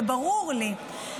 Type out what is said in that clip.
ברור לי,